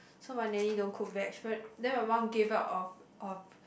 so my nanny don't cook veg then my mum gave up of of